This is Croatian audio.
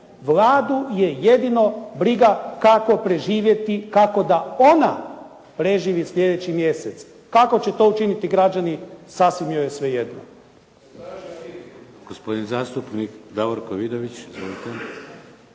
Vladu je jedino briga kako preživjeti, kako da ona preživi sljedeći mjesec. Kako će to učiniti građani, sasvim joj je svejedno.